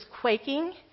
quaking